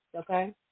okay